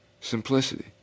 Simplicity